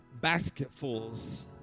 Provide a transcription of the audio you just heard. basketfuls